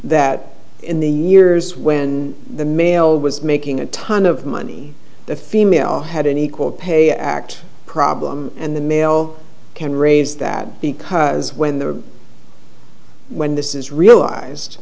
that in the years when the male was making a ton of money the female had an equal pay act problem and the male can raise that because when the when this is realized